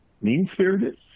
mean-spirited